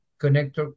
connector